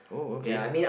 oh okay